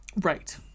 right